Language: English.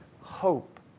hope